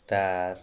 star